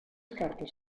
cartes